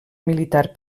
militar